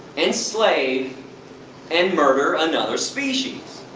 enslave and murder another species.